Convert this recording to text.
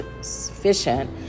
sufficient